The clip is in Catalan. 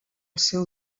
seu